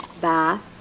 bath